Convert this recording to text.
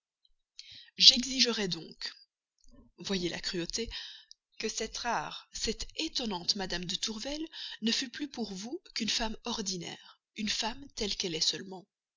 j'exigerais donc voyez la cruauté que cette rare cette étonnante mme de tourvel ne fût plus pour vous qu'une femme ordinaire une femme telle qu'elle est seulement